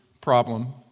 problem